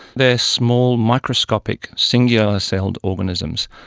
they are small microscopic singular-celled organisms,